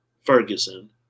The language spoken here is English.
Ferguson